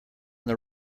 that